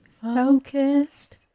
focused